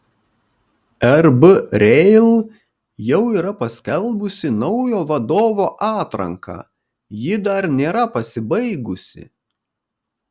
rb rail jau yra paskelbusi naujo vadovo atranką ji dar nėra pasibaigusi